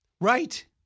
Right